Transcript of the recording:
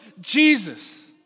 Jesus